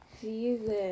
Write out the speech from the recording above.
Jesus